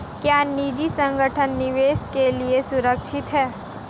क्या निजी संगठन निवेश के लिए सुरक्षित हैं?